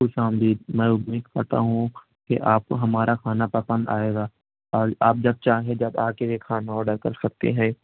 خوش آمدید میں امید کرتا ہوں کہ آپ ہمارا کھانا پسند آئے گا اور آپ جب چاہیں جب آ کے کھانا آرڈر کر سکتے ہیں